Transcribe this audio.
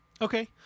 Okay